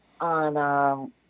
on